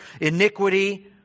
iniquity